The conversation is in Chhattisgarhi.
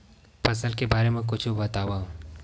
फसल के बारे मा कुछु बतावव